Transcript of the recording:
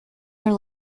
her